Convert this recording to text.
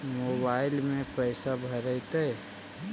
Mobile में पैसा भरैतैय?